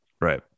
Right